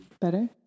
Better